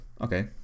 Okay